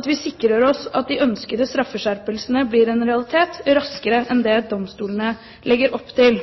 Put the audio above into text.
at vi sikrer oss at de ønskede straffeskjerpelsene blir en realitet raskere enn det domstolene legger opp til.